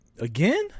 again